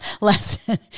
lesson